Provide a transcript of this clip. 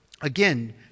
Again